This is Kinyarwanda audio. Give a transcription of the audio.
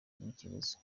n’ikiguzi